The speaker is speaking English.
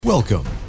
Welcome